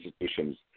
institutions